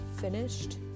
finished